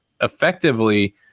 effectively